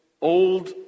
old